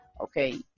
okay